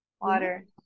Water